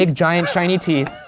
like giant, shiny teeth,